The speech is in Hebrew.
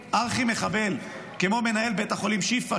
ארכי-מחבל כמו מנהל בית החולים שיפא,